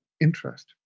interest